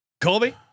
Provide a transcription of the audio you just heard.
Colby